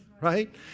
right